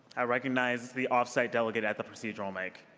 i recognize the off-site delegate at the procedural mic.